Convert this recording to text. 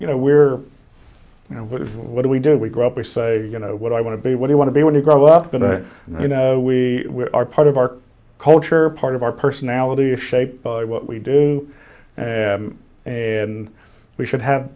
you know we're you know what do we do we grow up we say you know what i want to be what you want to be when you grow up in a you know we are part of our culture part of our personality is shaped by what we do and we should have